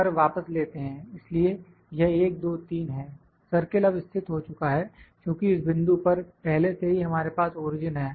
इसलिए यह 1 2 3 है सर्किल अब स्थित हो चुका है क्योंकि इस बिंदु पर पहले से ही हमारे पास ओरिजिन है